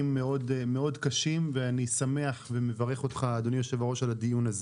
מאוד קשים ואני שמח ומברך אותך אדוני יושב הראש על הדיון הזה.